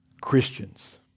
Christians